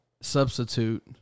substitute